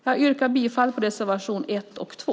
Jag yrkar bifall till reservationerna 1 och 2.